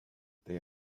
they